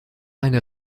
eine